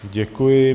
Děkuji.